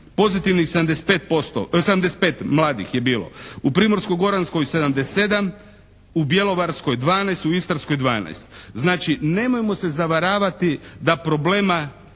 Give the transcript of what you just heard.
pozitivnih 75 mladih je bilo. U Primorsko-goranskoj 77, u Bjelovarskoj 12, u Istarskoj 12. Znači nemojmo se zavaravati da problema